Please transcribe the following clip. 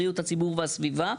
בריאות הציבור והסביבה".